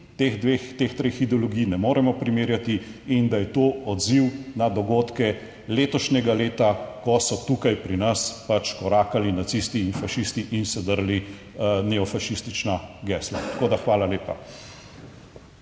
teh treh ideologij ne moremo primerjati, in da je to odziv na dogodke letošnjega leta, ko so tukaj pri nas pač korakali nacisti in fašisti in se drli neofašistična gesla. Tako da hvala lepa.